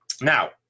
Now